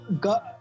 God